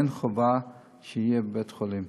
ואין חובה שיהיה בבית-חולים.